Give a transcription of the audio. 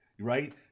right